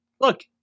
Look